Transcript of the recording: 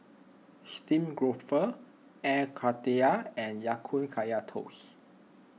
Steamed Grouper Air Karthira and Ya Kun Kaya Toast